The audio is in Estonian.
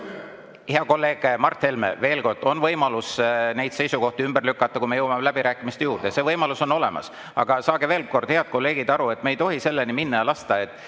Hea kolleeg Mart Helme! Veel kord: on võimalus neid seisukohti ümber lükata, kui me jõuame läbirääkimiste juurde. See võimalus on olemas. Aga veel kord: head kolleegid, saage aru, et me ei tohi lasta selleni minna, et